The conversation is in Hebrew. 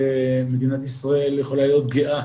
אני חושב שמדינת ישראל יכולה להיות גאה